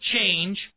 change